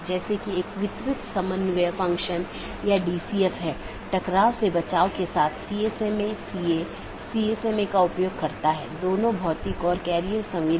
और जब यह विज्ञापन के लिए होता है तो यह अपडेट संदेश प्रारूप या अपडेट संदेश प्रोटोकॉल BGP में उपयोग किया जाता है हम उस पर आएँगे कि अपडेट क्या है